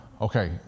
Okay